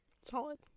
Solid